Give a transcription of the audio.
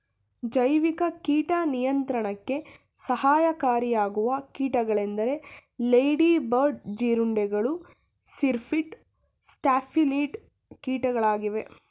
ಜೈವಿಕ ಕೀಟ ನಿಯಂತ್ರಣಕ್ಕೆ ಸಹಕಾರಿಯಾಗುವ ಕೀಟಗಳೆಂದರೆ ಲೇಡಿ ಬರ್ಡ್ ಜೀರುಂಡೆಗಳು, ಸಿರ್ಪಿಡ್, ಸ್ಟ್ಯಾಫಿಲಿನಿಡ್ ಕೀಟಗಳಾಗಿವೆ